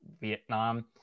Vietnam